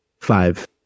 Five